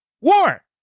war